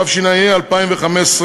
התשע"ה 2015,